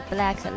Black